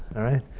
all right?